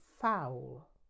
foul